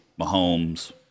Mahomes